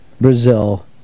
Brazil